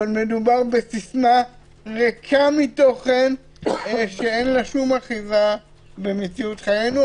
אבל מדובר בסיסמה ריקה מתוכן שאין לה שום אחיזה במציאות חיינו.